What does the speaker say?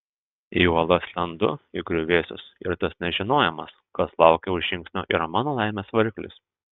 į uolas lendu į griuvėsius ir tas nežinojimas kas laukia už žingsnio yra mano laimės variklis